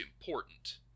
important